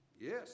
Yes